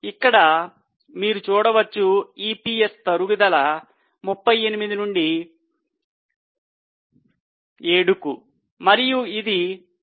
ఇక్కడ మీరు చూడవచ్చు EPS తరుగుదల 38 నుండి 7కు మరియు ఇది 11